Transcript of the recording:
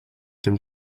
dem